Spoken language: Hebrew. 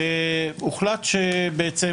והוחלט בעצם,